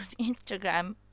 instagram